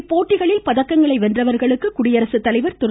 இப்போட்டிகளில் பதக்கங்களை வென்றவர்களுக்கு குடியரசுத்தலைவர் திரு